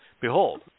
Behold